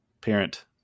parent